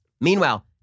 Meanwhile